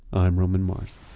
i'm roman mars